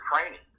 training